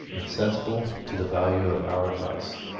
insensible to the value of our advice.